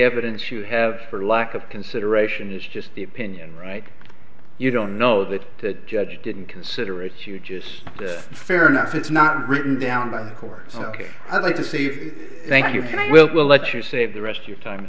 evidence you have for lack of consideration it's just the opinion right you don't know that the judge didn't consider it to just fair enough it's not written down by the court ok i'd like to say thank you and i will let you save the rest your time